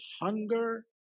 hunger